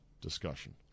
discussion